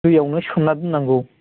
दैआवनो सोमना दोननांगौ